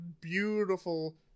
beautiful